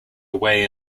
away